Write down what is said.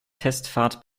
testfahrt